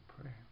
prayer